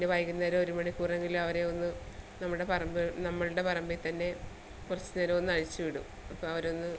പിന്നെ വൈകുന്നേരം ഒരു മണിക്കൂറെങ്കിലും അവരെ ഒന്ന് നമ്മുടെ പറമ്പ് നമ്മളുടെ പറമ്പിൽത്തന്നെ കുറച്ച് നേരമൊന്നഴിച്ച് വിടും അപ്പം അവരൊന്ന്